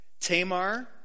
Tamar